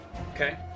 Okay